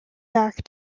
back